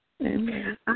Amen